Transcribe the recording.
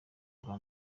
bwa